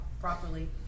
properly